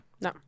No